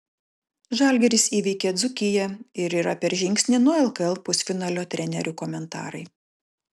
žalgiris įveikė dzūkiją ir yra per žingsnį nuo lkl pusfinalio trenerių komentarai